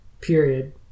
period